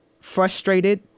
Frustrated